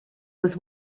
was